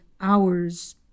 hours